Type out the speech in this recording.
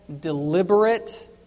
deliberate